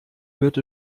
wird